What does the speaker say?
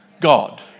God